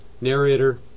narrator